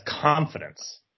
confidence